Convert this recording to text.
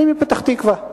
אני מפתח-תקווה.